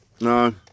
No